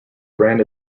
brand